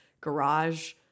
garage